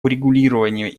урегулировании